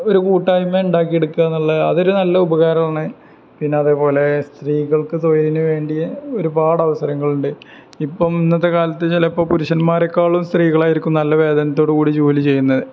ഒരു കൂട്ടായ്മ ഉണ്ടാക്കിയെടുക്കാന്നുള്ള അതൊരു നല്ല ഉപകാരമാണ് പിന്നതേപോലെ സ്ത്രീകൾക്ക് തൊഴിലിന് വേണ്ടി ഒരുപാടവസരങ്ങളുണ്ട് ഇപ്പോള് ഇന്നത്തെ കാലത്ത് ചിലപ്പോള് പുരുഷന്മാരെക്കാളും സ്ത്രീകളായിരിക്കും നല്ല വേതനത്തോടുകൂടി ജോലി ചെയ്യുന്നത്